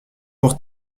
pour